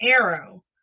arrow